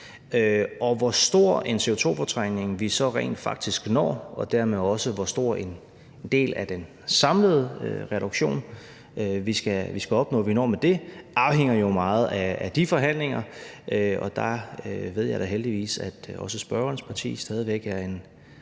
Hvor stor en CO2-fortrængning vi så rent faktisk når, og dermed også hvor stor en del af den samlede reduktion vi når med det, afhænger jo meget af de forhandlinger, og der ved jeg da heldigvis også at spørgerens parti stadig væk er en